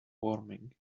warming